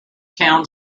town